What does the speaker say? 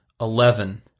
Eleven